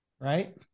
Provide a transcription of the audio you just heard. right